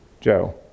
Joe